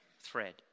thread